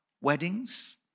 weddings